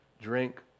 drink